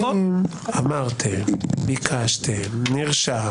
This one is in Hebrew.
אמרתם, ביקשתם, נרשם.